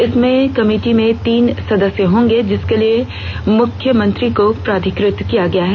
इसमें कमेटी में तीन सदस्य होंगे जिसके लिए मुख्यमंत्री को प्राधिकृत किया गया है